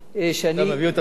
שאני, אתה מביא אותם שניהם יחד?